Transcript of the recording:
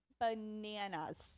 bananas